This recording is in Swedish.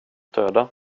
döda